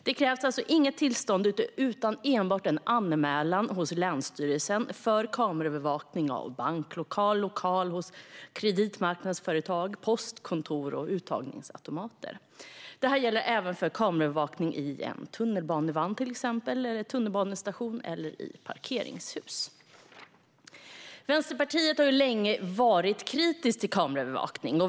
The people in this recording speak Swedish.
Det krävs alltså inget tillstånd utan enbart en anmälan till länsstyrelsen för kameraövervakning av banklokal, lokal hos kreditmarknadsföretag, postkontor, uttagsautomater och så vidare. Detta gäller även för kameraövervakning i en tunnelbanevagn, av en tunnelbanestation eller i ett parkeringshus. Vänsterpartiet har länge varit kritiskt till kameraövervakning.